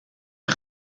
een